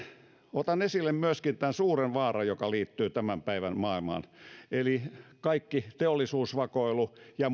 otan esille myöskin tämän suuren vaaran joka liittyy tämän päivän maailmaan eli kaiken teollisuusvakoilun ja